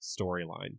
storyline